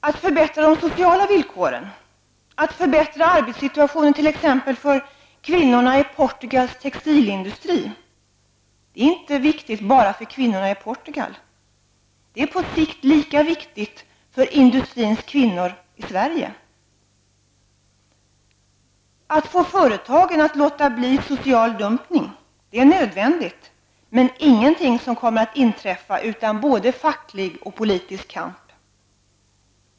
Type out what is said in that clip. Att förbättra de sociala villkoren, att förbättra arbetssituationen t.ex. för kvinnorna i Portugals textilindustri, är inte viktigt bara för kvinnorna i Portugal, det är på sikt lika viktigt för industrins kvinnor i Sverige. Att få företagen att låta bli social dumpning är nödvändigt, men inget som kommer att inträffa utan både facklig och politisk kamp.